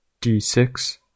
d6